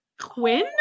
Quinn